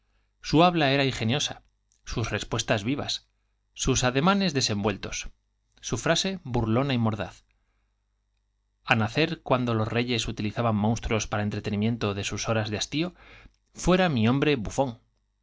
su habla era ingeniosa sus respuestas vivas sus ade manes desenvueltos su frase burlona y mordaz a nacer cuando los reyes utilizaban monstruos para entretenimiento de sus horas de hastío fuera mi hombre bufón